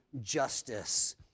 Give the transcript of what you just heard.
justice